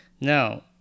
Now